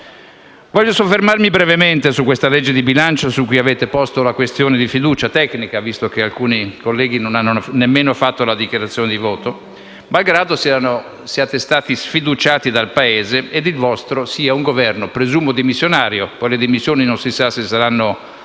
Voglio soffermarmi brevemente su questo disegno di legge di bilancio su cui avete posto la questione di fiducia tecnica, visto che alcuni colleghi non hanno nemmeno fatto la dichiarazione di voto, malgrado siate stati sfiduciati dal Paese e il vostro sia un Governo presumo dimissionario. Poi le dimissioni non si sa se saranno